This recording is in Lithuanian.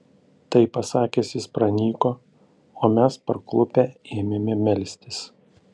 tai pasakęs jis pranyko o mes parklupę ėmėme melstis